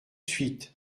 suite